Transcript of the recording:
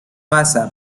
basa